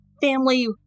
family